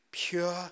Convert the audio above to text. Pure